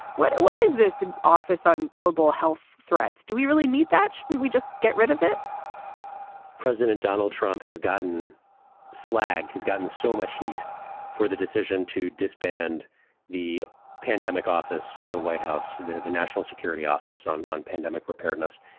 what what is this office on global health threats? do we really need that? we just get rid of it president donald trump has gotten slagged. he's gotten so much heat for the decision to disband the pandemic office in the white house. the the national security office on on pandemic preparedness.